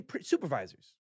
Supervisors